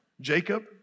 Jacob